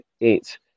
eight